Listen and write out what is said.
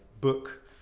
book